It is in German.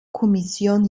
kommission